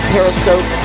Periscope